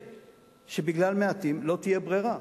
בגלל מעטים לא תהיה ברירה,